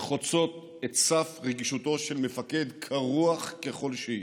שחוצות את סף רגישותו של מפקד, קר רוח ככל שיהיה.